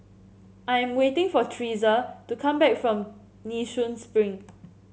I am waiting for Thresa to come back from Nee Soon Spring